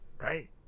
Right